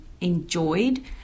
enjoyed